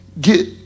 get